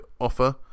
offer